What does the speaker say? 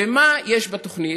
ומה יש בתוכנית?